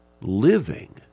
living